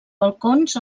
balcons